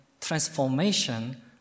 transformation